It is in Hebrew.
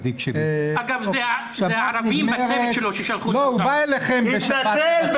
השבת מסתיימת --- ח"כ אבוטבול, הוא התנצל.